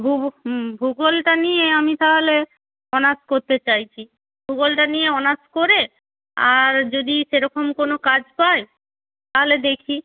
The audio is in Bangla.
হুম ভূগোলটা নিয়ে আমি তাহলে অনার্স করতে চাইছি ভূগোলটা নিয়ে অনার্স করে আর যদি সেরকম কোনো কাজ পাই তাহলে দেখি